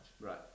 Right